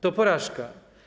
To porażka.